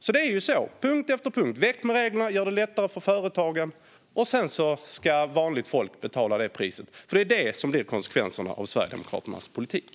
Så är det på punkt efter punkt. Väck med reglerna! Gör det lättare för företagen! Sedan ska vanligt folk betala priset. Det är det som blir konsekvenserna av Sverigedemokraternas politik.